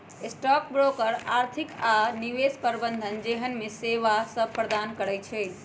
stock broker आर्थिक आऽ निवेश प्रबंधन जेहन सेवासभ प्रदान करई छै